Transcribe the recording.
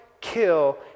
kill